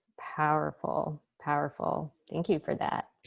powerful, powerful, thank you for that.